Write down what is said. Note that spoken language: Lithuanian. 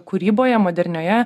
kūryboje modernioje